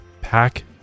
pack